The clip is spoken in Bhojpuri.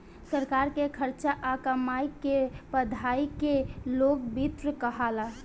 सरकार के खर्चा आ कमाई के पढ़ाई के लोक वित्त कहाला